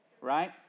right